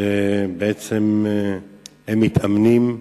שבעצם מתאמנים,